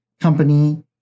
company